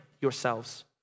yourselves